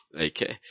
Okay